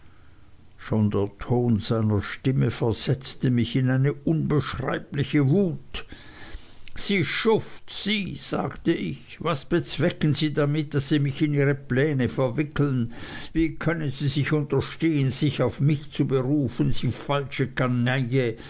schon der ton seiner stimme versetzte mich in eine unbeschreibliche wut sie schuft sie sagte ich was bezwecken sie damit daß sie mich in ihre pläne verwickeln wie können sie sich unterstehen sich auf mich zu berufen sie falsche